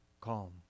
calm